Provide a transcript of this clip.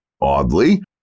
Oddly